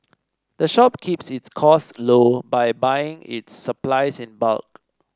the shop keeps its costs low by buying its supplies in bulk